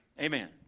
Amen